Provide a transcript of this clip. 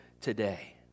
today